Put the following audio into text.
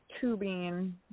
tubing